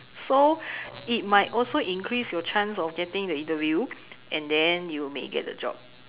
so it might also increase your chance of getting the interview and then you may get the job